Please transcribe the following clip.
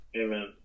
Amen